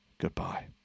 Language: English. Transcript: Goodbye